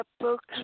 Books